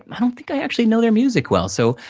i don't think i actually know their music well. so,